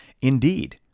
indeed